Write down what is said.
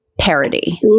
parody